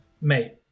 mate